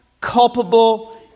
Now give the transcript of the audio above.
culpable